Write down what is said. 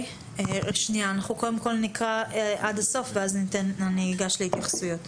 קודם נקרא עד הסוף ואז ניגש להתייחסויות.